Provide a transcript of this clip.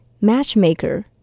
Matchmaker